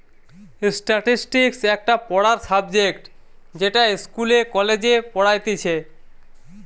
statistics একটা পড়ার subject যেটা ইস্কুলে, কলেজে পড়াইতিছে